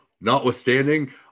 Notwithstanding